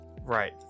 right